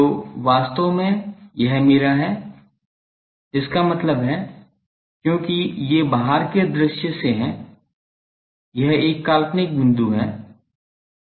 तो यह वास्तव में मेरा है इसका मतलब है क्योंकि ये बाहर के दृश्य से हैं यह एक काल्पनिक बिंदु है